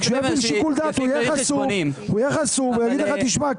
וכשהוא יפעיל שיקול דעת הוא יהיה חשוף והוא יגיד לך: תשמע,